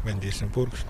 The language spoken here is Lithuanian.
bandysim purkšt